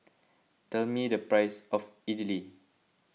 tell me the price of Idili